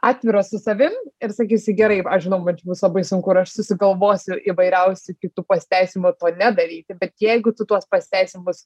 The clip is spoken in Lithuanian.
atviras su savim ir sakysi gerai aš žinau man čia bus labai sunku ir aš susigalvosiu įvairiausių kitų pasiteisinimų to nedaryti bet jeigu tu tuos pasiteisinimus